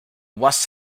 was